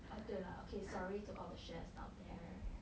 oh 对 lah okay sorry to all the chefs out there